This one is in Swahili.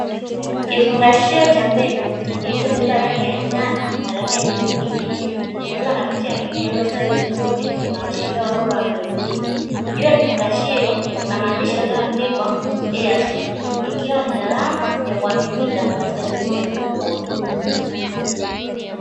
Kifungashio cha mbegu kilichobeba rangi ya njano na rangi ya kijani kibichi, ikiwa na picha ya mimea iliyostawi vizuri inayoashiria ubora wa mbegu hizo, juu ya kifungashio kuna maandishi yaliyoandikwa ¨EASEED¨ ikiwa ni alama ya kuaminika katika kilimo cha mbegu bora.